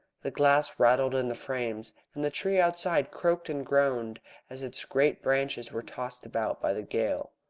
the glass rattled in the frames, and the tree outside creaked and groaned as its great branches were tossed about by the gale.